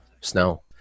snow